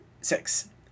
six